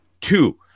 two